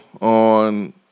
on